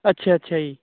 ਅੱਛਾ ਅੱਛਾ ਜੀ